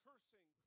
Cursing